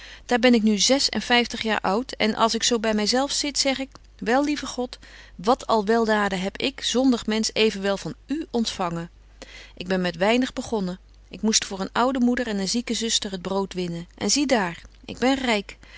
daar ben ik nu zes en vyftig jaar oud en als ik zo by my zelf zit zeg ik wel lieve god wat al weldaden heb ik zondig mensch evenwel van u ontfangen ik ben met weinig begonnen ik moest voor een oude moeder en een zieke zuster het brood winnen en zie daar ik ben ryk